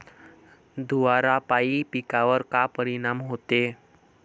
धुवारापाई पिकावर का परीनाम होते?